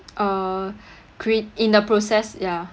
uh create in the process ya